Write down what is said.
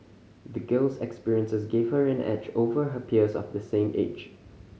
the girl's experiences gave her an edge over her peers of the same age